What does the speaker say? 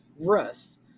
russ